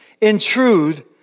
intrude